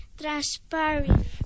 Transparent